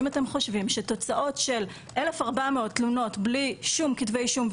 אם אתם חושבים שתוצאות של 1,400 תלונות בלי שום כתבי אישום,